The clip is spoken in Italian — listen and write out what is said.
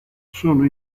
sono